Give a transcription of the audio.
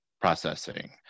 processing